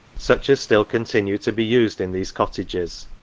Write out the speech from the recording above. such as still continue to be used in these cottages